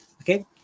okay